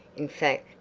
in fact,